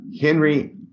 Henry